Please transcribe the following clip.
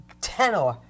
tenor